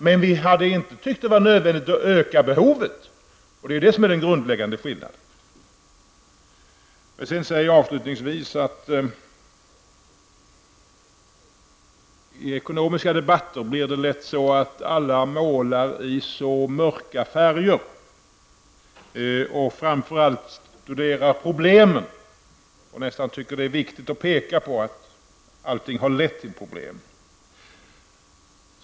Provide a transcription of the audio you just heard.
Men vi ansåg att det inte var nödvändigt att öka behovet, och det var det som var den grundläggande skillnaden. Avslutningsvis vill jag säga att det i ekonomiska debatter lätt blir så att alla målar i mörka färger. Man inriktar sig framför allt på problemen och tycker nästan att det är viktigt att peka på att allting har lett till problem.